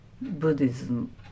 Buddhism